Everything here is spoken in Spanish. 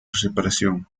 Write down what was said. separación